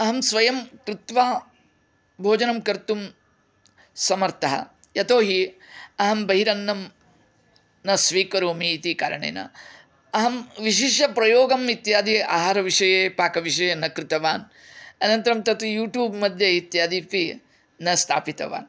अहं स्वयं कृत्वा भोजनं कर्तुं समर्थः यतोहि अहं बहिरन्नं न स्वीकरोमि इति कारणेन अहं विशिष्य प्रयोगम् इत्यादि आहारविषये पाकविषये न कृतवान् अनन्तरं तत्र यूट्युब् मध्ये इत्यादि अपि न स्थापितवान्